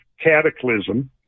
cataclysm